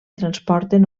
transporten